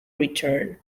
return